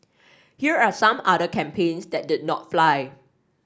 here are some other campaigns that did not fly